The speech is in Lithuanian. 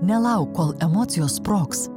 nelauk kol emocijos sprogs